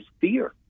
fear